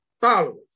followers